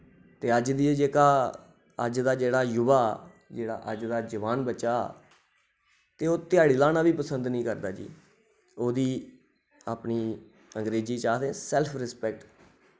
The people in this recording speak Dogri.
ते अज्ज दी एह् जेह्का अज्ज दा जेह्ड़ा युवा जेह्ड़ा अज्ज दा जवान बच्चा ते ओह् ध्याड़ी लाना बी पसंद नि करदा जी ओह्दी अपनी अंग्रेजी च आखदे सैल्फ रिस्पेक्ट